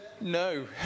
No